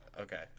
Okay